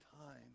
time